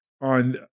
on